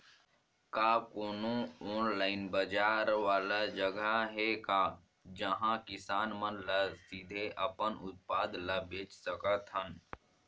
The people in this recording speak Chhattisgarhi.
का कोनो ऑनलाइन बाजार वाला जगह हे का जहां किसान मन ल सीधे अपन उत्पाद ल बेच सकथन?